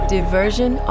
Diversion